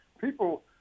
People